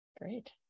Great